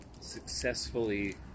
successfully